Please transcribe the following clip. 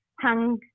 hung